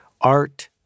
Art